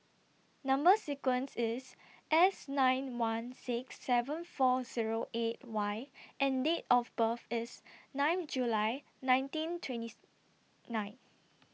Number sequence IS S nine one six seven four Zero eight Y and Date of birth IS nine July nineteen twentieth nine